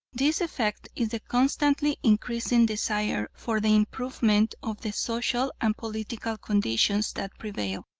this effect is the constantly increasing desire for the improvement of the social and political conditions that prevail.